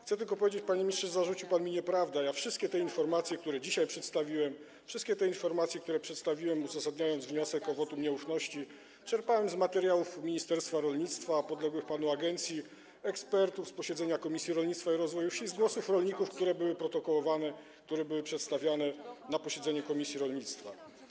Chcę tylko powiedzieć, panie ministrze, że zarzucił mi pan nieprawdę, a ja wszystkie informacje, które dzisiaj przedstawiłem, wszystkie te informacje, które przedstawiłem, uzasadniając wniosek o wotum nieufności, czerpałem z materiałów ministerstwa rolnictwa, podległych panu agencji, z opinii ekspertów, z posiedzeń Komisji Rolnictwa i Rozwoju Wsi, z głosów rolników, które były protokołowane, które były przedstawiane na posiedzeniu komisji rolnictwa.